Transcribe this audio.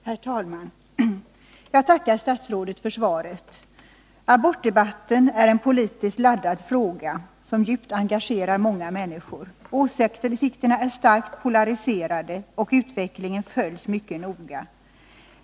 Herr talman! Jag tackar statsrådet för svaret. Abortdebatten är en politiskt laddad fråga som djupt engagerar många människor. Åsikterna är starkt polariserade och utvecklingen följs mycket noga.